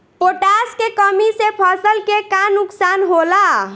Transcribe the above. Potash के कमी से फसल के का नुकसान होला?